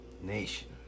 Nation